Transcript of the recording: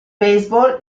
baseball